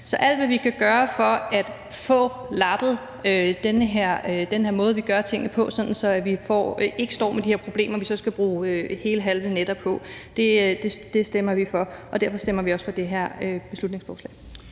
Så alt, hvad vi kan gøre for at få lappet den her måde, vi gør tingene på, sådan at vi ikke står med de her problemer, som vi så skal bruge hele og halve nætter på, stemmer vi for, og derfor stemmer vi også for det her beslutningsforslag.